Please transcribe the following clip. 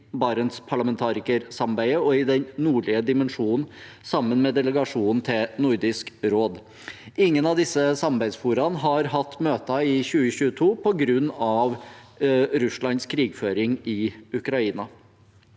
Barentsregionen og i den nordlige dimensjonen sammen med delegasjonen til Nordisk råd. Ingen av disse samarbeidsforaene har hatt møter i 2022 på grunn av Russlands krigføring i Ukraina.